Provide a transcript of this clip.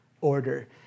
order